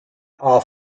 are